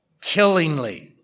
killingly